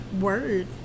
word